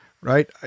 right